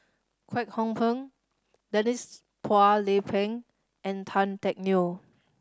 Kwek Hong Png Denise Phua Lay Peng and Tan Teck Neo